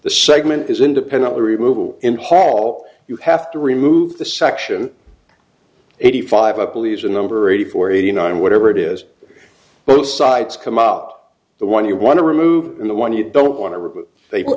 the segment is independently removal in hall you have to remove the section eighty five i believe the number eighty four eighty nine whatever it is both sides come out the one you want to remove the one you don't want to